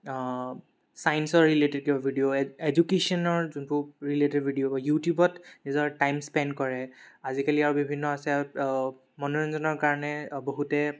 ছায়েন্সৰ ৰিলেটেড কিবা ভিডিঅ' এ এডুকেশ্যনৰ যোনটো ৰিলেটেড ভিডিঅ'বোৰ ইউটিউবত নিজৰ টাইম স্পেণ্ড কৰে আজিকালি আৰু বিভিন্ন আছে মনোৰঞ্জনৰ কাৰণে বহুতে